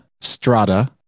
Strata